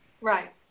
Right